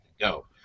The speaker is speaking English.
go